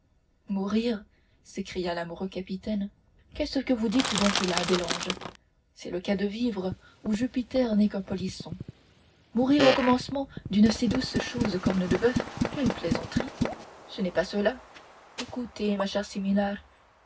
mourir s'écria l'amoureux capitaine qu'est-ce que vous dites donc là bel ange c'est le cas de vivre ou jupiter n'est qu'un polisson mourir au commencement d'une si douce chose corne de boeuf quelle plaisanterie ce n'est pas cela écoutez ma chère similar